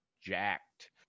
jacked